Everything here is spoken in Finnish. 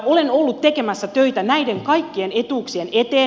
olen ollut tekemässä töitä näiden kaikkien etuuksien eteen